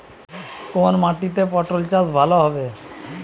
কোন মাটিতে পটল চাষ ভালো হবে?